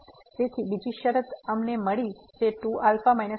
તેથી બીજી શરત અમને મળી તે 2α β 6 છે